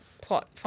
plot